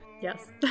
Yes